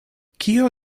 kio